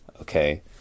okay